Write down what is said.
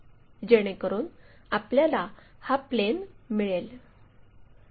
जेणेकरून आपल्याला हा प्लेन मिळेल